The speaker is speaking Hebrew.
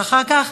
יש לך אחר כך,